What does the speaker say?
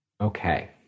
Okay